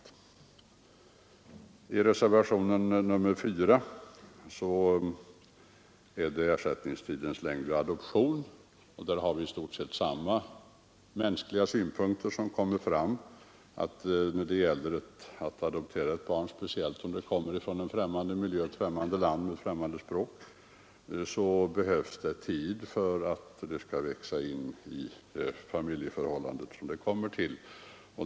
Reservationen 4 avser ersättningstidens längd vid adoption. Här kommer i stort sett samma mänskliga synpunkter fram, Ett adoptivbarn som kommer från ett annat land och skall anpassa sig till en främmande miljö och lära sig ett nytt språk behöver tid på sig för att växa in i de familjeförhållanden det kommer till.